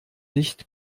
nicht